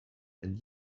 and